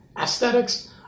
Aesthetics